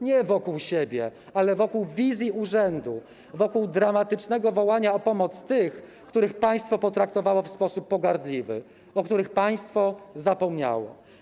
Nie wokół siebie, ale wokół wizji urzędu, wokół dramatycznego wołania o pomoc tych, których państwo potraktowało w sposób pogardliwy, o których państwo zapomniało.